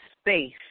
space